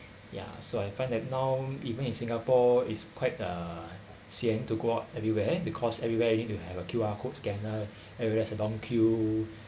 ya so I find that now even in singapore it's quite uh sian to go out everywhere because everywhere you need to have a Q_R code scanner everywhere there's a long queue and